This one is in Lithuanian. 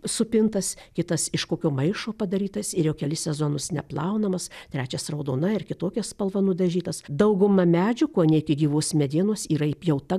supintas kitas iš kokio maišo padarytas ir jau kelis sezonus neplaunamas trečias raudonai ar kitokia spalva nudažytas dauguma medžių kone iki gyvos medienos yra įpjauta